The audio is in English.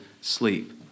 sleep